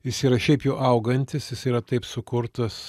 jis yra šiaip jau augantis jis yra taip sukurtas